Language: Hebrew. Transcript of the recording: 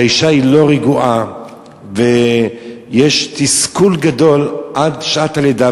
שהאשה לא רגועה ויש תסכול גדול עד שעת הלידה,